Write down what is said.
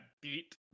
beat